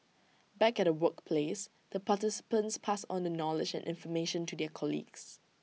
back at the workplace the participants pass on the knowledge and information to their colleagues